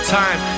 time